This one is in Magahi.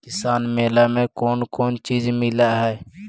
किसान मेला मे कोन कोन चिज मिलै है?